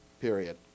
period